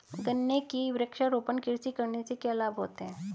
गन्ने की वृक्षारोपण कृषि करने से क्या लाभ होते हैं?